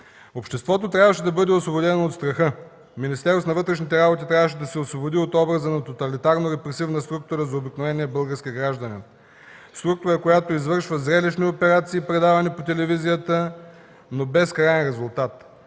Обществото трябваше да бъде освободено от страха. Министерството на вътрешните работи трябваше да се освободи от образа на тоталитарна и репресивна структура за обикновения български гражданин. Структура, която извършва зрелищни операции, предавания по телевизията, но без краен резултат.